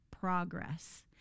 progress